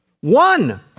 One